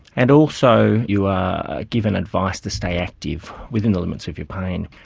and also you are given advice to stay active, within the limits of your pain.